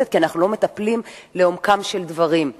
ומה הפתרון המוצע לתושבי לוד, רבותי?